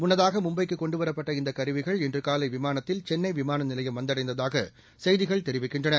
முன்னதாக மும்பைக்கு கொண்டுவரப்பட்ட இந்த கருவிகள் இன்று காலை விமானத்தில் சென்ளை விமான நிலையம் வந்தடைந்ததாக செய்திகள் தெரிவிக்கின்றன